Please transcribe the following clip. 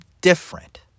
different